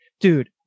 Dude